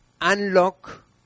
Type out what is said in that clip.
unlock